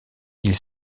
ils